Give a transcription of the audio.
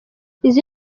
izi